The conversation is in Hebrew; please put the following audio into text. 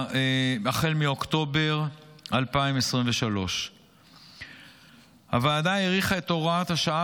החל מאוקטובר 2023. הוועדה האריכה את הוראת השעה